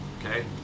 okay